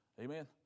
Amen